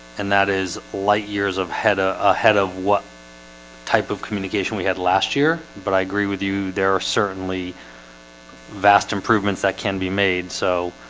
and that is light years of had ah ah ahead of what type of communication we had last year, but i agree with you. there are certainly vast improvements that can be made so